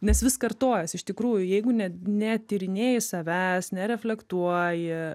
nes vis kartojasi iš tikrųjų jeigu ne netyrinėji savęs nereflektuoji